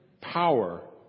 power